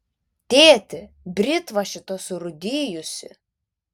tėti britva šita surūdijusi